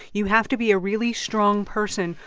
you have to be a really strong person,